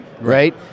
right